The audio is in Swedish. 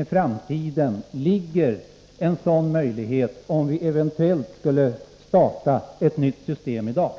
i framtiden kommer en sådan möjlighet att finnas, om vi eventuellt skulle starta ett nytt system i dag?